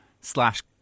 slash